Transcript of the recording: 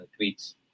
tweets